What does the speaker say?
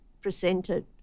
presented